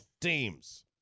teams